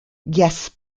yes